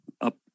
up